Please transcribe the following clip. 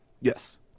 Yes